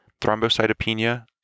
thrombocytopenia